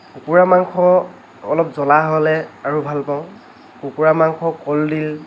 কুকুৰা মাংস অলপ জ্বলা হ'লে আৰু ভাল পাওঁ কুকুৰা মাংস কলডিল